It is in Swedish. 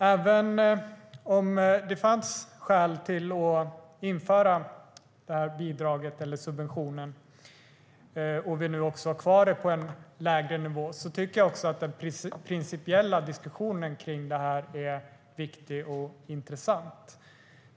Även om det fanns skäl att införa subventionen och vi nu också har kvar den på en lägre nivå tycker jag att den principiella diskussionen kring detta är viktig och intressant.